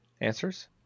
answers